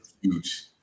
huge